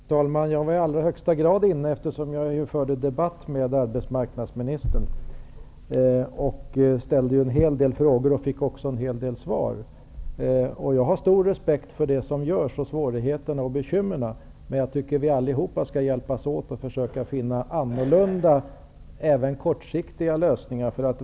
Herr talman! Jag var i allra högsta grad inne i kammaren, eftersom jag förde debatt med arbetsmarknadsministern. Jag ställde en hel del frågor och fick också en hel del svar. Jag har stor respekt för det som görs, för svårigheterna och bekymren. Men jag tycker att vi allihop skall hjälpas åt att försöka finna annorlunda, även kortsiktiga lösningar.